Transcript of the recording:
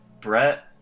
Brett